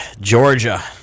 Georgia